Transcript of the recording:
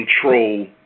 control